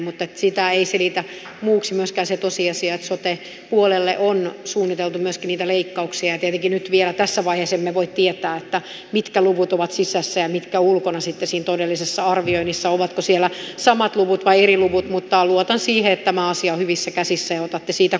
mutta sitä ei selitä muuksi myöskään se tosiasia että sote puolelle on myöskin suunniteltu leikkauksia ja tietenkään nyt vielä tässä vaiheessa emme voi tietää mitkä luvut ovat sisässä ja mitkä ulkona siinä todellisessa arvioinnissa ovatko siellä samat luvut vai eri luvut mutta luotan siihen että tämä asia on hyvissä käsissä ja otatte siitä kopin että selvitätte näitä lukuja